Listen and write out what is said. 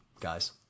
guys